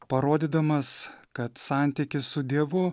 parodydamas kad santykis su dievu